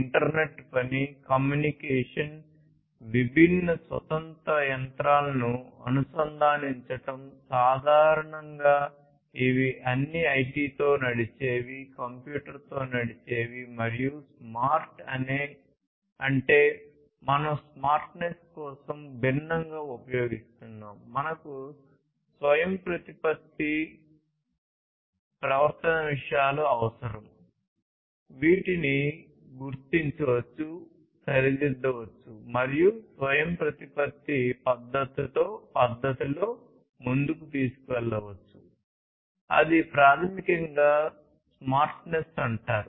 internet పని communication విభిన్న స్వతంత్ర యంత్రాలను అనుసంధానించడం సాధారణంగా ఇవి అన్ని ఐటి తో నడిచేవి కంప్యూటర్ తో నడిచేవి మరియు స్మార్ట్ అంటే మనం స్మార్ట్నెస్ కోసం భిన్నంగా ఉపయోగిస్తున్నాము మనకు స్వయంప్రతిపత్త పద్ధతిలో ముందుకు తీసుకెళ్లవచ్చు అది ప్రాథమికంగా స్మార్ట్నెస్ అంటారు